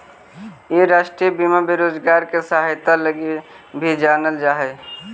इ राष्ट्रीय बीमा बेरोजगार के सहायता लगी भी जानल जा हई